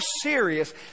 serious